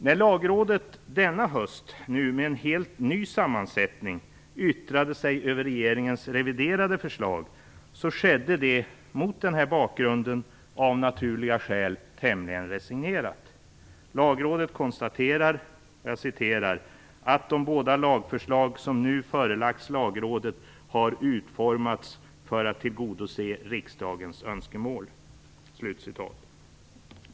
När Lagrådet denna höst, nu med en helt ny sammansättning, yttrade sig över regeringens reviderade förslag skedde det mot denna bakgrund - av naturliga skäl - tämligen resignerat. Lagrådet konstaterar att "de båda lagförslag som nu förelagts Lagrådet har utformats för att tillgodose riksdagens önskemål".